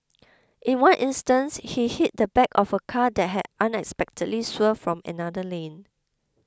in one instance he hit the back of a car that had unexpectedly swerved from another lane